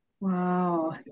Wow